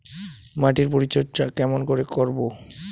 মাটির পরিচর্যা কেমন করে করব?